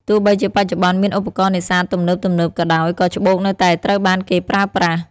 ទោះបីជាបច្ចុប្បន្នមានឧបករណ៍នេសាទទំនើបៗក៏ដោយ ក៏ច្បូកនៅតែត្រូវបានគេប្រើប្រាស់។